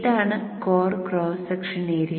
ഇതാണ് core cross section area